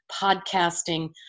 podcasting